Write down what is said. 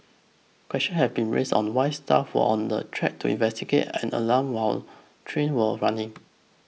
question have been raised on why staff were on the track to investigate an alarm while train were running